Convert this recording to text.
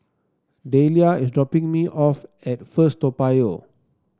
Delia is dropping me off at First Toa Payoh